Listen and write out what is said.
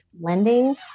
Lending